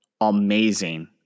amazing